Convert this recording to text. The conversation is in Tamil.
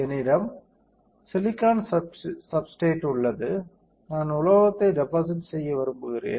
என்னிடம் சிலிக்கான் சப்ஸ்டிரேட் உள்ளது நான் உலோகத்தை டெபாசிட் செய்ய விரும்புகிறேன்